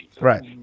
Right